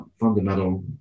fundamental